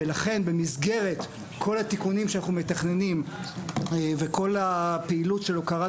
ולכן במסגרת כל התיקונים שאנחנו מתכננים וכל הפעילות של הוקרת